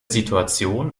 situation